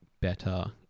better